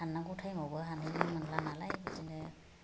हाननांगौ टाइमआवबो हानहैनो मोनला नालाय बिदिनो